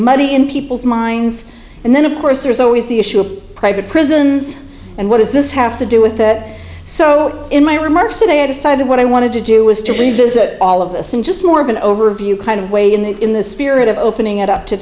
money in people's minds and then of course there's always the issue of private prisons and what does this have to do with that so in my remarks today i decided what i wanted to do was to be visit all of this in just more of an overview kind of way in the in the spirit of opening it up to